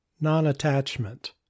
non-attachment